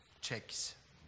checks